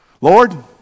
Lord